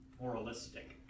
Moralistic